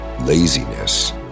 laziness